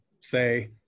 say